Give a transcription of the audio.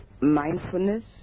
mindfulness